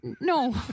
No